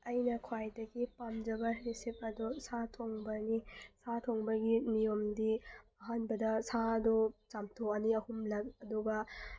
ꯑꯩꯅ ꯈ꯭ꯋꯥꯏꯗꯒꯤ ꯄꯥꯝꯖꯕ ꯔꯤꯁꯤꯄꯤ ꯑꯗꯣ ꯁꯥ ꯊꯣꯡꯕꯅꯤ ꯁꯥ ꯊꯣꯡꯕꯒꯤ ꯅꯤꯌꯣꯝꯗꯤ ꯑꯍꯥꯟꯕꯗ ꯁꯥꯗꯣ ꯆꯥꯝꯊꯣꯛꯑꯅꯤ ꯑꯍꯨꯝꯂꯛ ꯑꯗꯨꯒ